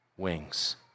wings